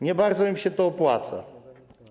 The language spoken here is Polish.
Nie bardzo im się to opłaca.